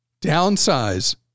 downsize